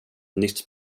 nytt